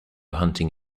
hunting